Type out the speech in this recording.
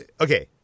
Okay